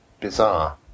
bizarre